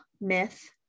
myth